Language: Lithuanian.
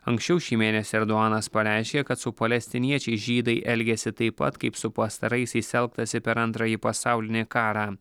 anksčiau šį mėnesį erdoanas pareiškė kad su palestiniečiais žydai elgiasi taip pat kaip su pastaraisiais elgtasi per antrąjį pasaulinį karą